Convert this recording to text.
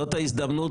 זאת ההזדמנות,